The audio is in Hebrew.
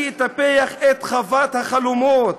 / ואני אטפח את חוות החלומות